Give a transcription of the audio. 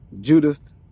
Judith